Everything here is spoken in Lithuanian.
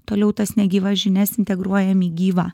toliau tas negyvas žinias integruojami į gyvą